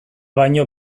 baino